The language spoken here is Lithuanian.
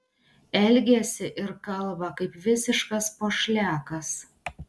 elgiasi ir kalba kaip visiškas pošliakas